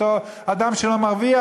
אותו אדם שלא מרוויח,